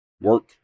work